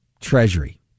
Treasury